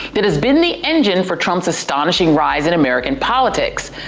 that has been the engine for trump's astonishing rise in american politics.